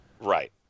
Right